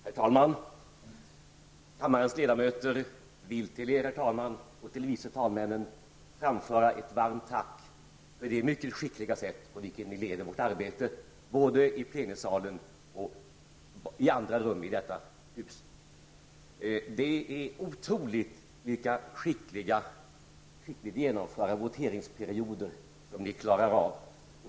Herr talman! Kammarens ledamöter vill till er, herr talman, och till vice talmännen framföra ett varmt tack för det mycket skickliga sätt på vilket ni leder vårt arbete, både i plenisalen och i andra rum i detta hus. Det är otroligt vilka skickligt genomförda voteringsperioder som ni klarar av.